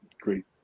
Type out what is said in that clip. great